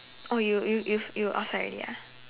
oh you you you you outside already ah